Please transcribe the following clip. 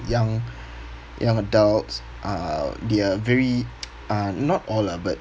young young adults uh they're very uh not all lah but